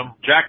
Jack